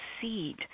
seed